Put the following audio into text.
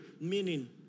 meaning